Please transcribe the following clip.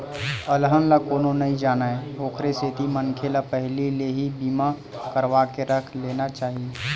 अलहन ला कोनो नइ जानय ओखरे सेती मनखे ल पहिली ले ही बीमा करवाके रख लेना चाही